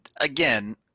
Again